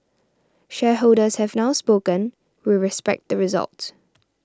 shareholders have now spoken we respect the result